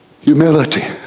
Humility